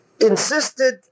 insisted